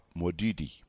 Modidi